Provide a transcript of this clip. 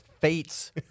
fates